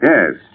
Yes